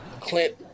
Clint